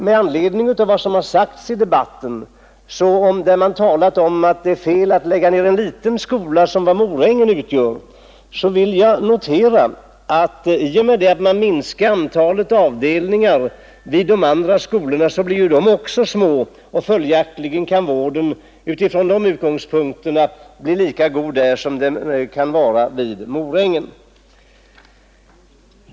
Med anledning av vad som sagts i debatten — att det var fel att lägga ned en liten skola som Morängen — vill jag notera att de andra skolorna också blir små i och med att man minskar antalet avdelningar vid dem; följaktligen kan vården, utifrån de utgångspunkterna, bli lika god där som den kan vara vid Morängen.